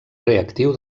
reactiu